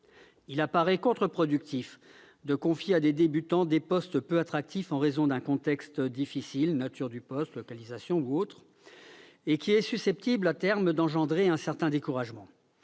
Il apparaît contre-productif de confier à des débutants des postes peu attractifs en raison d'un contexte difficile- nature, localisation du poste ou autre motif -et susceptible d'engendrer à terme un certain découragement.